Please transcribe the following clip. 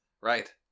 Right